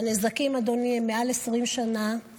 והנזקים, אדוני, הם מעל 20 שנה.